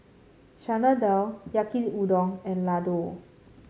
Chana Dal Yaki Udon and Ladoo